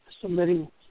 submitting